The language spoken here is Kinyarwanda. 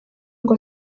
ngo